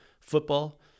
Football